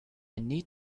need